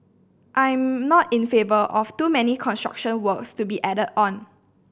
I'm not in favour of too many major construction works to be added on